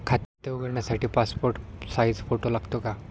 खाते उघडण्यासाठी passport size photo लागतो का?